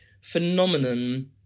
phenomenon